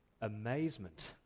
amazement